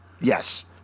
Yes